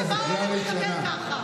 חבר הכנסת מיכאל מרדכי ביטון.